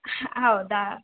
ಹೌದಾ